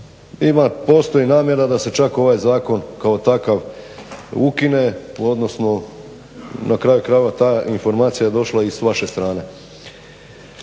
ima postoji namjera da se čak ovaj zakon kao takav ukine odnosno na kraju krajeva je ta informacija je došla s vaše strane.